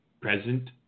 present